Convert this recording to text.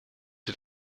het